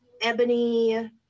ebony